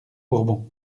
bourbons